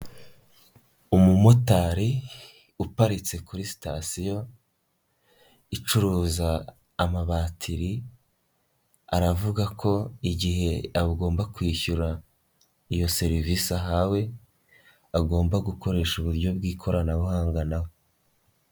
Umumotari uparitse kuri sitasiyo icuruza amabatiri, aravuga ko igihe agomba kwishyura iyo serivisi ahawe, agomba gukoresha uburyo bw'ikoranabuhanga nawe.